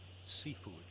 seafood